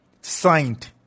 signed